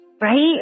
Right